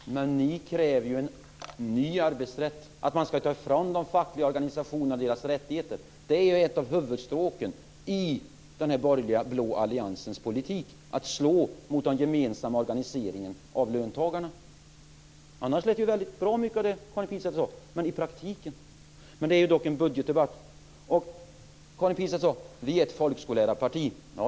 Fru talman! Men ni kräver ju en ny arbetsrätt, att man ska ta ifrån de fackliga organisationerna deras rättigheter. Ett av huvudstråken i den borgerliga blå alliansens politik är ju att slå mot den gemensamma organiseringen av löntagarna. Annars lät mycket av det som Karin Pilsäter sade väldigt bra, men hur är det i praktiken? Men det är ju dock en budgetdebatt. Karin Pilsäter sade: Vi är ett folkskollärarparti.